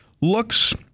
looks